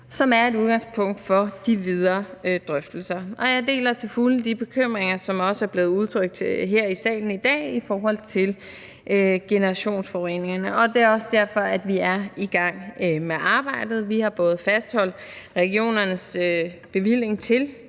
som er et udgangspunkt for de videre drøftelser. Og jeg deler til fulde de bekymringer, som også er blevet udtrykt her i salen i dag i forhold til generationsforureningerne, og det er også derfor, vi er i gang med arbejdet. Vi har fastholdt regionernes bevilling til